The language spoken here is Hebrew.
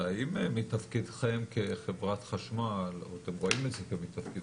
זה אם מתפקידכם כחברת חשמל או אתם רואים את זה כמתפקידכם,